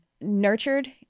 nurtured